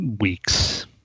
weeks